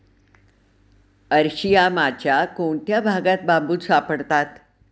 अरशियामाच्या कोणत्या भागात बांबू सापडतात?